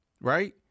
right